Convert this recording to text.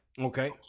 Okay